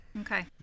Okay